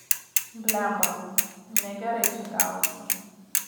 blemba negerai čia gavosi